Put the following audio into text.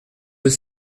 deux